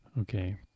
Okay